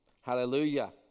Hallelujah